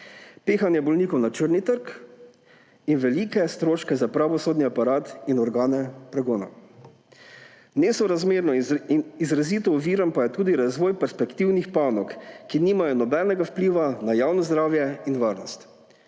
pehanje bolnikov na črni trg in velike stroške za pravosodni aparat in organe pregona. Nesorazmerno in izrazito oviran pa je tudi razvoj perspektivnih panog, ki nimajo nobenega vpliva na javno zdravje in varnost.